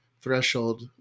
threshold